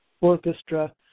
orchestra